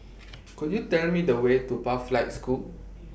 Could YOU Tell Me The Way to Pathlight School